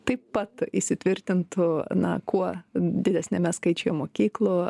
taip pat įsitvirtintų na kuo didesniame skaičiuje mokyklų